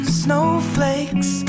snowflakes